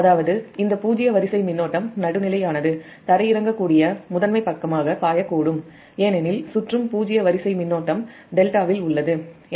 அதாவது இந்த பூஜ்ஜிய வரிசை மின்னோட்டம் நியூட்ரலானது க்ரவுன்ட் செய்யப்பட்ட முதன்மை பக்கமாக பாயக்கூடும் ஏனெனில் சுற்றும் பூஜ்ஜிய வரிசை மின்னோட்டம் டெல்டாவில் உள்ளது